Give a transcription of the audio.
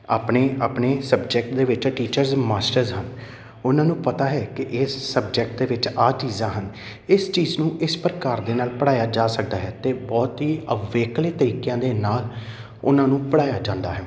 ਆਪਣੇ ਆਪਣੇ ਸਬਜੈਕਟ ਦੇ ਵਿੱਚ ਟੀਚਰ ਮਾਸਟਰਜ ਹਨ ਉਹਨਾਂ ਨੂੰ ਪਤਾ ਹੈ ਕਿ ਇਹ ਸਬਜੈਕਟ ਦੇ ਵਿੱਚ ਆਹ ਚੀਜ਼ਾਂ ਹਨ ਇਸ ਚੀਜ਼ ਨੂੰ ਇਸ ਪ੍ਰਕਾਰ ਦੇ ਨਾਲ ਪੜ੍ਹਾਇਆ ਜਾ ਸਕਦਾ ਹੈ ਅਤੇ ਬਹੁਤ ਹੀ ਅਵੇਕਲੇ ਤਰੀਕਿਆਂ ਦੇ ਨਾਲ ਉਹਨਾਂ ਨੂੰ ਪੜ੍ਹਾਇਆ ਜਾਂਦਾ ਹੈ